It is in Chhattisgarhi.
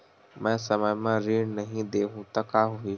मैं समय म ऋण नहीं देहु त का होही